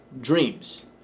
dreams